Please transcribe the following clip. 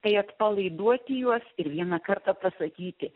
tai atpalaiduoti juos ir vieną kartą pasakyti